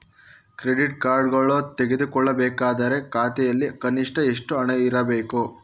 Credit card ತೆಗೆದುಕೊಳ್ಳಬೇಕಾದರೆ ಖಾತೆಯಲ್ಲಿ ಕನಿಷ್ಠ ಎಷ್ಟು ಹಣ ಇರಬೇಕು?